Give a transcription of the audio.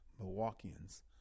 Milwaukeeans